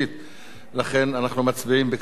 אנחנו מצביעים בקריאה שלישית על הצעת החוק.